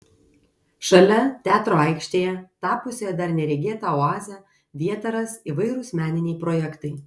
šalia teatro aikštėje tapusioje dar neregėta oaze vietą ras įvairūs meniniai projektai